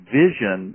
vision